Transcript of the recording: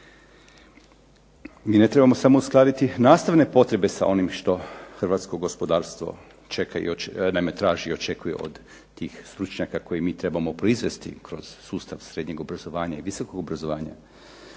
Mi ne trebamo samo uskladiti nastavne potrebe s onim što hrvatsko gospodarstvo traži i očekuje od tih stručnjaka koje mi trebamo proizvesti kroz sustav srednjeg i visokog obrazovanja.